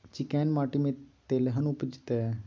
चिक्कैन माटी में तेलहन उपजतै?